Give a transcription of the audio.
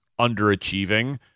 underachieving